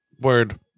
word